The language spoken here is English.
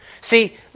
See